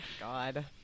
god